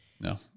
No